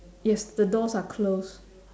yes the doors are close